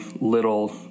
little